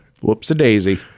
whoops-a-daisy